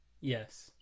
Yes